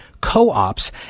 co-ops